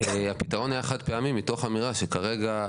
הפתרון היה חד פעמי מתוך האמירה שכרגע,